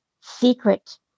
secret